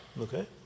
Okay